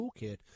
toolkit